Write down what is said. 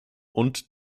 und